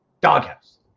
Doghouse